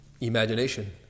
imagination